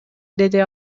деди